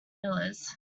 millers